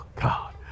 God